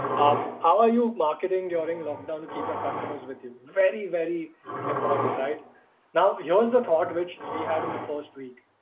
how are you? marketing your ring lock down and keep your customers with you very very important right now. here's the thought which we had in the first week.